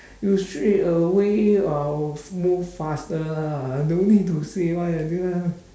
you straight away uh will move faster lah don't need to say one ah this one